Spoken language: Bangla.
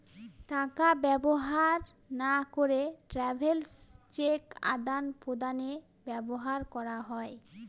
টাকা ব্যবহার না করে ট্রাভেলার্স চেক আদান প্রদানে ব্যবহার করা হয়